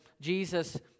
Jesus